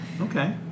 Okay